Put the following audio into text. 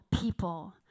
people